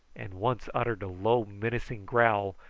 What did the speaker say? and once uttered a low menacing growl,